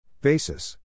Basis